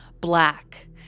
black